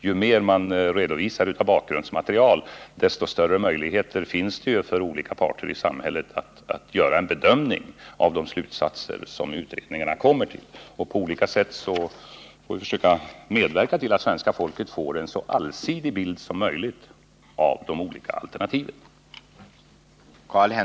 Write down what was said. Ju mer bakgrundsmaterial som redovisas, desto större möjligheter finns det ju för olika parter i samhället att göra en bedömning av de slutsatser som utredningarna kommit till. På olika sätt får vi försöka medverka till att svenska folket får en så allsidig bild som möjligt av de olika alternativen.